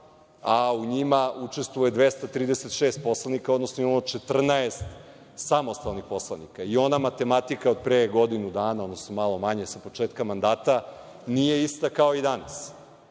a u njima učestvuje 236 poslanika, odnosno imamo 14 samostalnih poslanika, i ona matematika od pre godinu dana, odnosno malo manje, sa početka mandata, nije ista kao i danas.